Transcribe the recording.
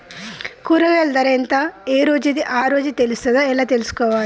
కూరగాయలు ధర ఎంత ఏ రోజుది ఆ రోజే తెలుస్తదా ఎలా తెలుసుకోవాలి?